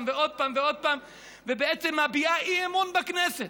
ועוד פעם ועוד פעם ובעצם מביעה אי-אמון בכנסת.